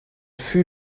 fut